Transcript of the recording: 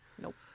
Nope